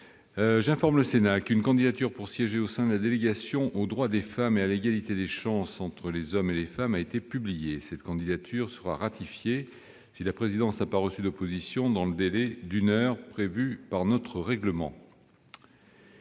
J'informe le Sénat qu'une candidature pour siéger au sein de la délégation aux droits des femmes et à l'égalité des chances entre les hommes et les femmes a été publiée. Cette candidature sera ratifiée si la présidence n'a pas reçu d'opposition dans le délai d'une heure prévu par notre règlement.